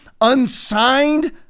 unsigned